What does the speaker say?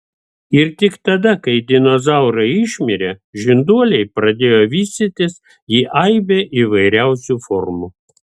ir tik tada kai dinozaurai išmirė žinduoliai pradėjo vystytis į aibę įvairiausių formų